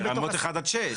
ברמות אחד עד שש.